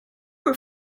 were